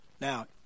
Now